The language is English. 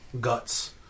Guts